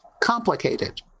complicated